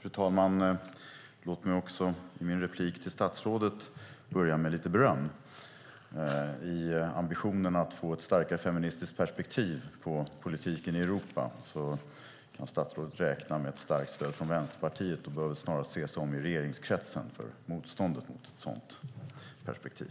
Fru talman! Låt mig också i min replik till statsrådet börja med lite beröm. I ambitionen att få ett starkare feministiskt perspektiv på politiken i Europa kan statsrådet räkna med ett starkt stöd från Vänsterpartiet och bör väl snarast se sig om i regeringskretsen när det gäller motståndet mot ett sådant perspektiv.